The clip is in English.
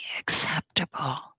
acceptable